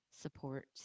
support